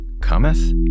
cometh